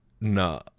No